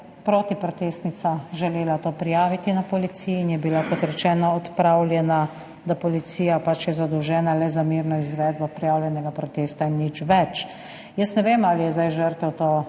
protiprotestnica želela to prijaviti na policiji in je bila, kot rečeno, odpravljena, da je policija pač zadolžena le za mirno izvedbo prijavljenega protesta in nič več. Ne vem, ali je zdaj žrtev to